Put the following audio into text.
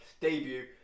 debut